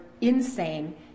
insane